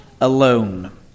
alone